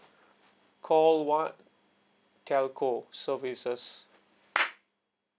call one telco services